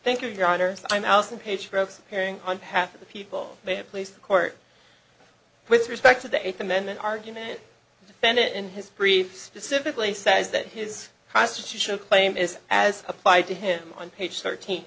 hearing on behalf of the people they have placed the court with respect to the eighth amendment argument defendant in his brief specifically says that his constitutional claim is as applied to him on page thirteen